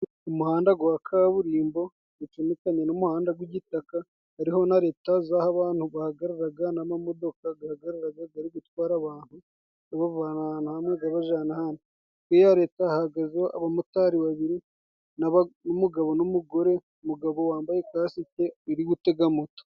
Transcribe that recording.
Umuhanda gwa kaburimbo gucumitanye n'umuhanda gw'igitaka, hariho na leta z'aho abantu bahagararaga n'amamodoka gahagaraga, gari gutwara abantu gabavana ahantu hamwe gabajana ahandi. kuri iyo leta hahagaze abamotari babiri n'umugabo n'umugore, umugabo wambaye kasike uri gutega moto.